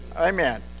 Amen